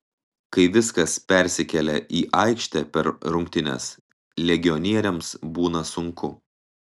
kai viskas persikelia į aikštę per rungtynes legionieriams būna sunku